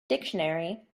dictionary